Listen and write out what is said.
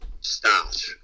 start